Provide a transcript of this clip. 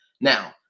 Now